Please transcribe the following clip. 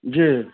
जी